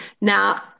Now